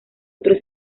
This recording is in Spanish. otros